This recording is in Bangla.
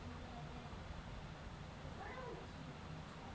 যে জীবল ইলসুরেলস মালে হচ্যে ইকট বিমা যেট ছারা জীবল ধ্যরে চ্যলবেক